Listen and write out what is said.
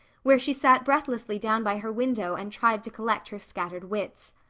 where she sat breathlessly down by her window and tried to collect her scattered wits.